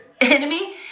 enemy